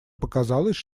показалось